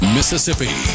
Mississippi